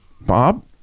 Bob